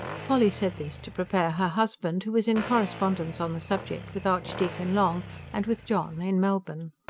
polly said this to prepare her husband, who was in correspondence on the subject with archdeacon long and with john in melbourne.